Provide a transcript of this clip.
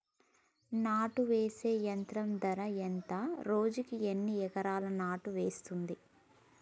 నాటు వేసే యంత్రం ధర ఎంత రోజుకి ఎన్ని ఎకరాలు నాటు వేస్తుంది?